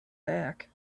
back